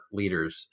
leaders